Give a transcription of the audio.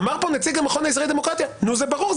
אמר פה נציג המכון הישראלי לדמוקרטיה: זה ברור,